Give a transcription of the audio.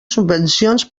subvencions